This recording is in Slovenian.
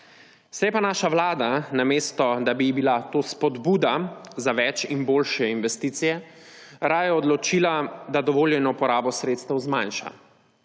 je pa naša vlada, namesto da bi ji bila to spodbuda za več in boljše investicije, raje odločila, da dovoljeno uporabo sredstev zmanjša.